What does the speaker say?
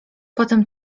potem